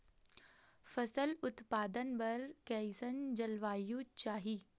फसल उत्पादन बर कैसन जलवायु चाही?